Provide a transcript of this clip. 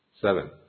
Seven